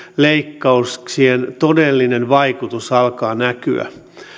leikkauksien todellinen vaikutus alkaa näkyä